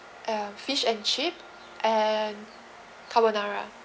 um fish and chip and carbonara